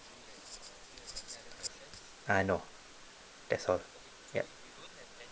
uh no that's all yup